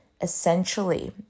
essentially